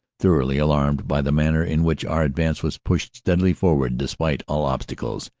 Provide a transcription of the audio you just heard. thoroughly alarmed by the manner in which our advance was pushed steadily forward despite all obstacles,